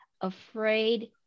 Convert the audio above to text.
afraid